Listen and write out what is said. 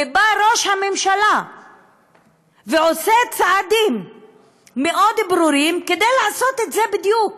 ובא ראש הממשלה ועושה צעדים מאוד ברורים כדי לעשות את זה בדיוק,